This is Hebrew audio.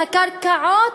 את הקרקעות,